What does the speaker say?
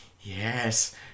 yes